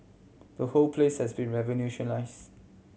the whole places has been revolutionise